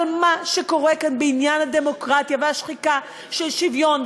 אבל מה שקורה כאן בעניין הדמוקרטיה והשחיקה של שוויון,